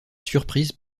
surprises